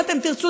אם אתם תרצו,